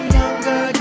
younger